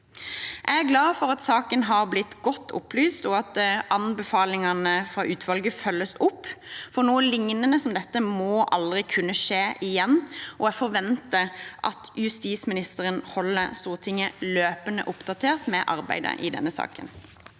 Jeg er glad for at saken har blitt godt opplyst, og at anbefalingene fra utvalget følges opp, for noe lignende dette må aldri kunne skje igjen. Jeg forventer at justisministeren holder Stortinget løpende oppdatert om arbeidet i denne saken.